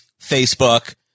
Facebook